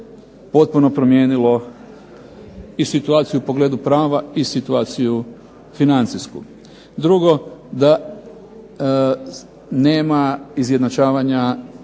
potpuno promijenilo i situaciju u pogledu prava i situaciju financijsku. Drugo, nema izjednačavanja